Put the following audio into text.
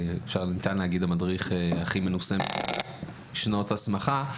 וניתן להגיד שהוא המדריך הכי מנוסה מבחינת שנות הסמכה.